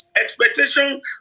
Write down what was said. Expectation